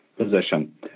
position